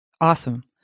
Awesome